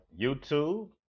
youtube